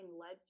led